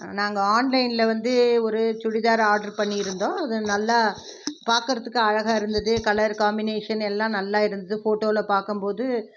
நாங்கள் ஆன்லைனில் வந்து ஒரு சுடிதார் ஆட்ரு பண்ணி இருந்தோம் அது நல்லா பார்க்கறதுக்கு அழகாக இருந்தது கலர் காமினேஷன் எல்லாம் நல்லா இருந்தது ஃபோட்டோவில் பார்க்கும் போது